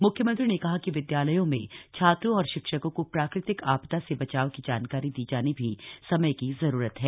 मुख्यमंत्री ने कहा कि विद्यालयों में छात्रों और शिक्षकों को प्राकृतिक आपदा से बचाव की जानकारी दी जानी भी समय की जरूरत है